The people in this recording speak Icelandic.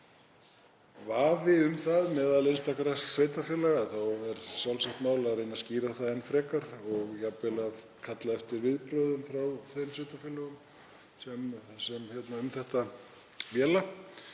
vafi um það meðal einstakra sveitarfélaga er sjálfsagt mál að reyna skýra það enn frekar og jafnvel að kalla eftir viðbrögðum frá þeim sveitarfélögum sem um þetta véla